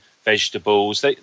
vegetables